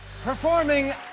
Performing